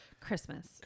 Christmas